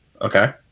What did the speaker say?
Okay